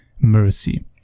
mercy